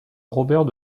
robert